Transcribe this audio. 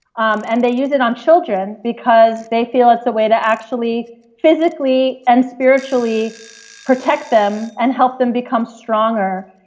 um and they use it on children because they feel it's the way to actually physically and spiritually protect them and help them become stronger.